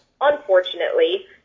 unfortunately